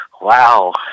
Wow